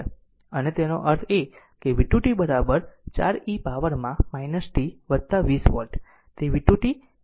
તેથી તેનો અર્થ એ કે v2 t 4 e પાવરમાં t 20 વોલ્ટ તે v2 t KVL નો ઉપયોગ કરીને મેળવી શકે છે